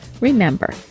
remember